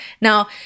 Now